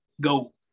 Go